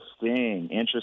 Interesting